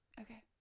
Okay